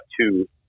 two